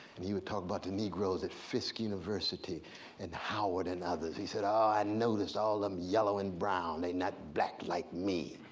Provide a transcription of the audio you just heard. and he would talk about the negros at fisk university and howard and others. he said, oh, i noticed all them yellow and brown. they're not black like me.